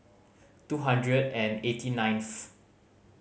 two hundred and eighty ninth